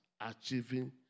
achieving